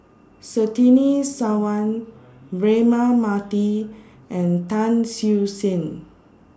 Surtini Sarwan Braema Mathi and Tan Siew Sin